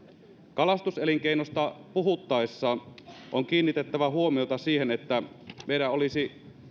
kalastuselinkeinosta puhuttaessa on kiinnitettävä huomiota siihen että meidän olisi